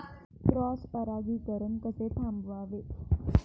Cross परागीकरण कसे थांबवावे?